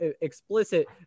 explicit